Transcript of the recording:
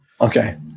okay